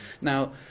Now